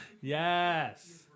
Yes